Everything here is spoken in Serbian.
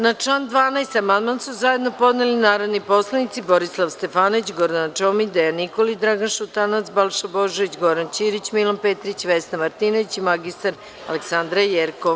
Na član 12. amandman su zajedno podneli narodni poslanici Borislav Stefanović, Gordana Čomić, Dejan Nikolić, Dragan Šutanovac, Balša Božović, Goran Ćirić, Milan Petrić, Vesna Martinović i mr Aleksandra Jerkov.